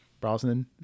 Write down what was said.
Brosnan